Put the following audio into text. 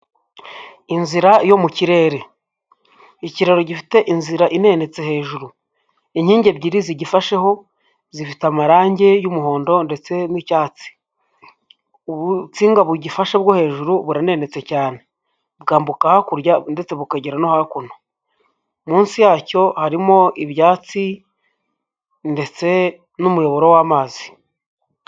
Inzira yo mu kirere. Ikiraro gifite inzira inenetse hejuru. Inkingi ebyiri zigifasheho zifite amarangi y'umuhondo ndetse n'icyatsi. Ubutsinga bugifashe bwo hejuru burananetse cyane, bwambuka hakurya ndetse bukagera no hakuno. Munsi yacyo harimo ibyatsi ndetse n'umuyoboro w'amazi.